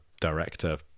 director